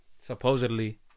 Supposedly